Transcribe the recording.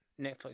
Netflix